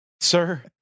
Sir